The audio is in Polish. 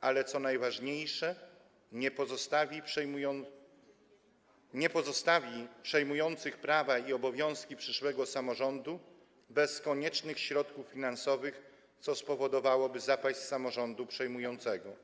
ale co najważniejsze, nie pozostawi przejmujących prawa i obowiązki przyszłego samorządu bez koniecznych środków finansowych, co spowodowałoby zapaść samorządu przejmującego.